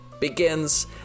Begins